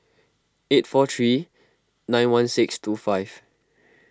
eight four three nine one six two five